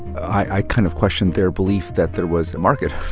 i kind of questioned their belief that there was a market